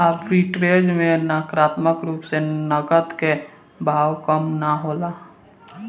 arbitrage में नकारात्मक रूप से नकद के बहाव कम ना होला